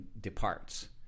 departs